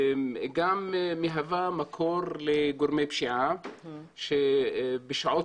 גם מהווה מקור לגורמי פשיעה שבשעות